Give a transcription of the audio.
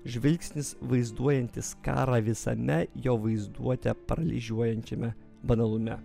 žvilgsnis vaizduojantis karą visame jo vaizduotę paralyžiuojančiame banalume